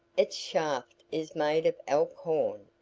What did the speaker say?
its shaft is made of elk horn.